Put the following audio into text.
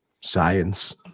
science